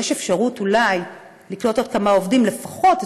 יש אפשרות אולי לקלוט עוד כמה עובדים לפחות,